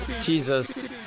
Jesus